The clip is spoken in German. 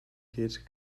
geht